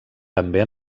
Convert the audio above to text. també